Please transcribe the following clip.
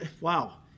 Wow